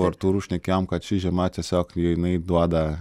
artūru šnekėjom kad ši žiema tiesiog jinai duoda